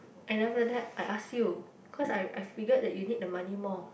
and after that I asked you cause I I figured that you need the money more